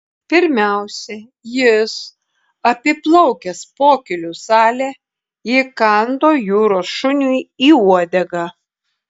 pirmiausia jis apiplaukęs pokylių salę įkando jūros šuniui į uodegą